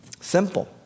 Simple